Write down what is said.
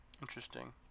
Interesting